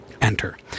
enter